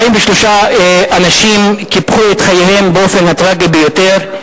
43 אנשים קיפחו את חייהם באופן הטרגי ביותר.